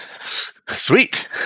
sweet